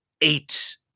eight